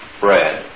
bread